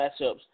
matchups